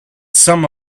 some